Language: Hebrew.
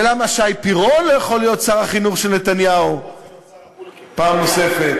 ולמה שי פירון לא יכול להיות שר החינוך של נתניהו פעם נוספת?